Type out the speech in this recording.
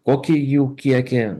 kokį jų kiekį